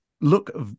look